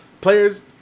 Players